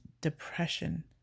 depression